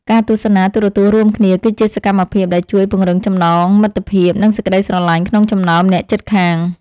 ការទស្សនាទូរទស្សន៍រួមគ្នា គឺជាសកម្មភាពដែលជួយពង្រឹងចំណងមិត្តភាពនិងសេចក្តីស្រឡាញ់ក្នុងចំណោមអ្នកជិតខាង។